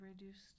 reduced